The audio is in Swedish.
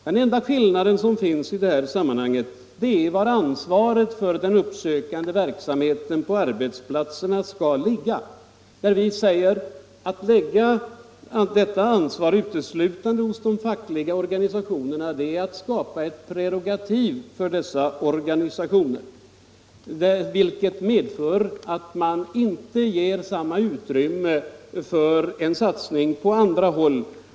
Den enda skillnad som finns i detta sammanhang gäller var ansvaret för den uppsökande verksamheten på arbetsplatserna skall ligga. Vi säger: Att lägga detta ansvar uteslutande hos de fackliga organisationerna är att skapa ett prerogativ för dessa organisationer, vilket medför att man inte ger samma utrymme för satsning på andra håll.